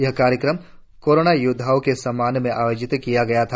यह कार्यक्रम कोरोना योद्वाओं के सम्मान में आयोजित किया गया था